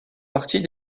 partie